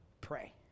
Pray